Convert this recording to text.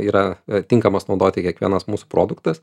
yra tinkamas naudoti kiekvienas mūsų produktas